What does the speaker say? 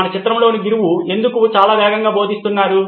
మన చిత్రంలోని గురువు ఎందుకు చాలా వేగంగా బోధిస్తున్నారు